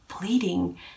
bleeding